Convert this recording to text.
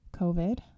covid